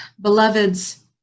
Beloveds